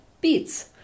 beets